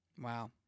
Wow